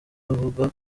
ivuga